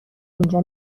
اینجا